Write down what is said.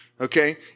Okay